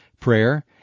prayer